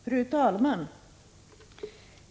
Fru talman!